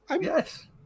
Yes